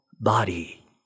body